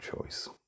choice